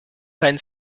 kein